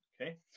Okay